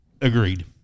Agreed